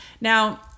Now